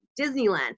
Disneyland